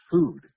food